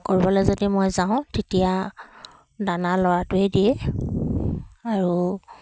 ক'ৰবালৈ যদি মই যাওঁ তেতিয়া দানা ল'ৰাটোৱে দিয়ে আৰু